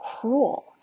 cruel